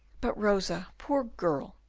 but rosa, poor girl!